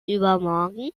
übermorgen